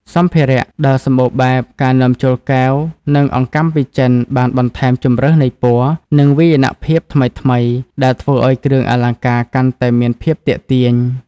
សម្ភារៈដ៏សម្បូរបែប: ការនាំចូលកែវ និងអង្កាំពីចិន បានបន្ថែមជម្រើសនៃពណ៌ និងវាយនភាពថ្មីៗ ដែលធ្វើឱ្យគ្រឿងអលង្ការកាន់តែមានភាពទាក់ទាញ។